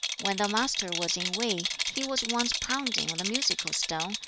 when the master was in wei, he was once pounding on the musical stone,